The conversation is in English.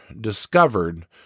discovered